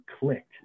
clicked